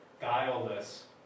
guileless